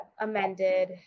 amended